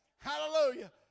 Hallelujah